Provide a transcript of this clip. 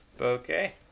okay